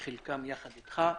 חלקם יחד אתך.